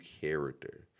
character